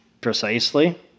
Precisely